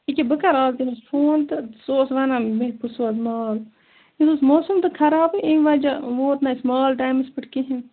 أکہِ بہٕ کَر اَز تٔمِس فون تہٕ سُہ اوس وَنان مےٚ بہٕ سوزٕ مال یتھ اوس موسَم تہِ خرابٕے اَمہِ وَجہ ووت نہٕ اَسہِ مال ٹایمَس پٮ۪ٹھ کِہیٖنٛۍ